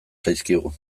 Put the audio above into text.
zaizkigu